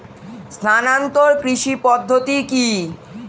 স্থানান্তর কৃষি পদ্ধতি কি?